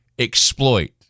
Exploit